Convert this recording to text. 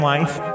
Life